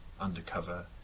undercover